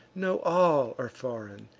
know all are foreign,